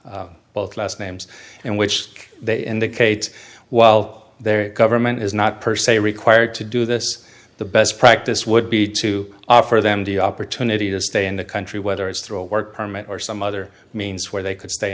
of both last names and which they indicate while their government is not per se required to do this the best practice would be to offer them the opportunity to stay in the country whether it's through a work permit or some other means where they could stay